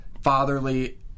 fatherly